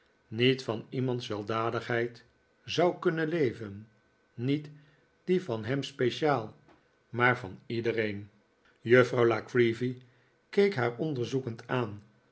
niet van iemands weldadigheid zou kunnen leven niet die van hem speciaal maar van iedereen juffrouw la creevy keek haar onderzoekend aan